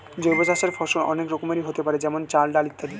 জৈব চাষের ফসল অনেক রকমেরই হতে পারে যেমন চাল, ডাল ইত্যাদি